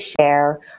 share